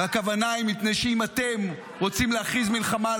והכוונה היא מפני שאם אתם רוצים להכריז מלחמה על